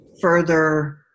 further